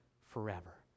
forever